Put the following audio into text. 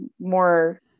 more